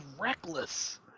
reckless